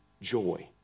joy